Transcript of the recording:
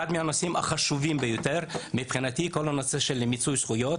אחד הנושאים החשובים ביותר מבחינתי הוא כל הנושא של מיצוי זכויות.